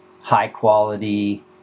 high-quality